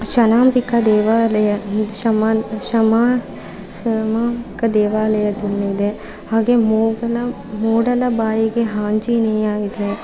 ಷನಾಂಬಿಕ ದೇವಾಲಯ ಈ ಶಮ ಶಮ ಶಮಾಂಬಿಕ ದೇವಾಲಯದಲ್ಲಿದೆ ಹಾಗೆ ಮೋಹನ ಮೂಡಲ ಬಾಯಿಗೆ ಆಂಜನೇಯ ಇದೆ